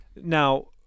Now